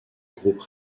groupe